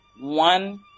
one